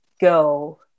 go